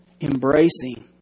embracing